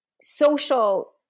social